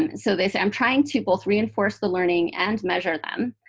and so this, i'm trying to both reinforce the learning and measure them.